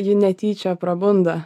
ji netyčia prabunda